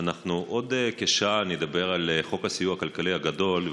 אנחנו עוד כשעה נדבר על חוק הסיוע הכלכלי הגדול,